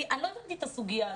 אני לא הבנתי את הסוגיה הזאת.